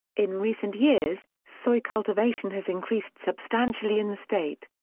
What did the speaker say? in recent years, soy cultivation has increased substantially in the state.